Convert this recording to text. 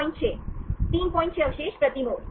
36 अवशेष प्रति मोड़